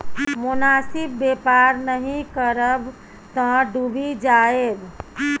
मोनासिब बेपार नहि करब तँ डुबि जाएब